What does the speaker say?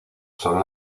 son